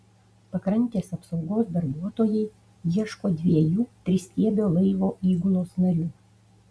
pakrantės apsaugos darbuotojai ieško dviejų tristiebio laivo įgulos narių